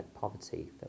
poverty